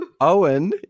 Owen